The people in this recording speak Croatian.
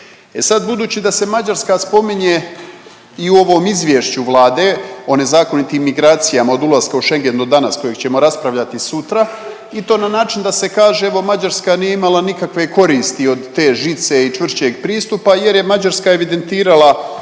sad, budući da se Mađarska spominje i u ovom Izvješću Vlade o nezakonitim migracijama od ulaska u Schengen do danas, kojeg ćemo raspravljati sutra i to na način da se kaže, evo, Mađarska nije imala nikakve koristi od te žice i čvršćeg pristupa jer je Mađarska evidentirana